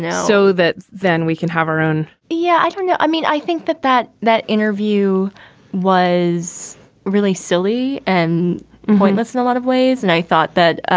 yeah so that then we can have our own yeah, i don't know. i mean, i think that that that interview was really silly and pointless and a lot of ways. and i thought that,